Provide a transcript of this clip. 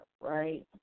right